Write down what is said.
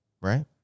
right